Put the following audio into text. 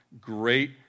great